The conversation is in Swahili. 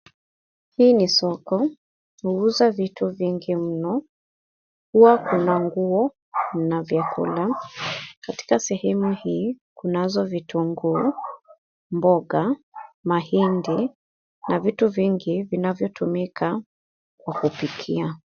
Hii nisoko huuza vitu vingi mno huwa kuna nguo na vyakula katika sehemu hii kuanzo vitunguu, mboga mahindi na vitu vingi vinavyotumika kwa kupikia .